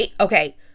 okay